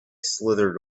slithered